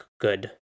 good